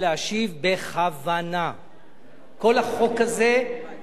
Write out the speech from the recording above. כל החוק הוא שונה, ואני נמצא הרבה שנים בכנסת.